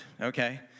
okay